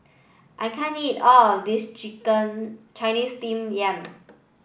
I can't eat all of this chicken Chinese steam yam